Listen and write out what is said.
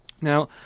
Now